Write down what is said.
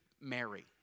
Mary